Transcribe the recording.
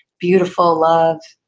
beautiful love,